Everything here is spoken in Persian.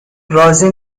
راضی